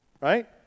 right